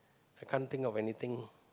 I can't think of anything